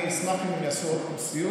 אני אשמח אם הם יעשו עוד פעם סיור,